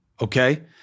okay